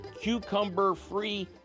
cucumber-free